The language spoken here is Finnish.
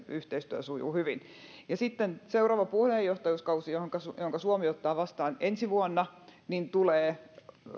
yhteistyö sujuu hyvin ja sitten seuraava puheenjohtajuuskausi jonka suomi jonka suomi ottaa vastaan ensi vuonna tulee